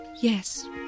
Yes